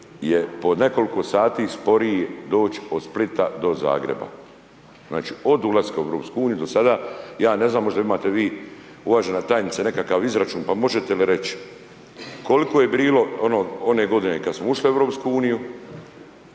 je po nekoliko sat sporije doći od Splita do Zagreb. Znači od ulaska u EU do sada, ja ne znam, možda imate vi uvažena tajnice nekakav izračun pa možete li reći, koliko je bilo one godine kad smo ušli u EU